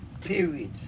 period